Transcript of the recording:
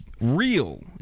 Real